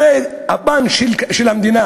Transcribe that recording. הרי הפן של הממשלה,